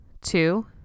two